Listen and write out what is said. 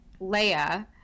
Leia